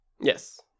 Yes